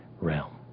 realm